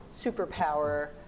superpower